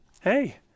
hey